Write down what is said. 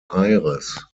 aires